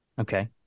Okay